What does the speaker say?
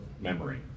memory